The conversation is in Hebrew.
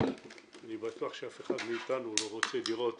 ואני בטוח שאף אחד מאיתנו לא רוצה לראות